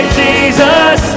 jesus